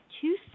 two